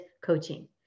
coaching